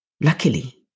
Luckily